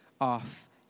off